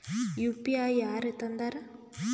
UPI ಯಾರ್ ತಂದಾರ?